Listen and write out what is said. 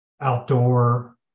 outdoor